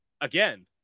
again